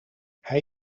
hij